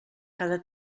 cada